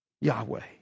Yahweh